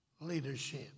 leadership